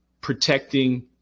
protecting